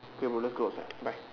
okay bro let's go outside bye